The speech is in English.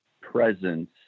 presence